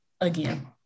again